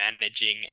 managing